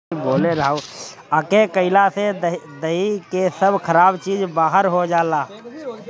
एके खइला से देहि के सब खराब चीज बहार हो जाला